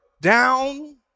down